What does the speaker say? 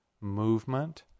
movement